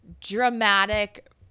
dramatic